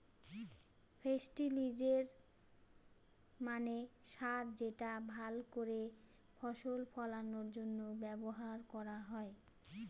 ফেস্টিলিজের মানে সার যেটা ভাল করে ফসল ফলানোর জন্য ব্যবহার করা হয়